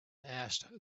asked